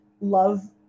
love